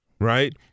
right